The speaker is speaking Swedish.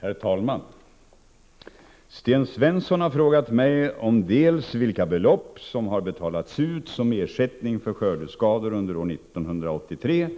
Herr talman! Sten Svensson har frågat mig om dels vilka belopp som har betalats ut som ersättning för skördeskador under år 1983